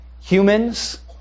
humans